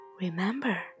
remember